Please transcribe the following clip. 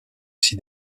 aussi